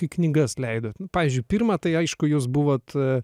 kai knygas leidonu pavyzdžiui pirmą tai aišku jūs buvot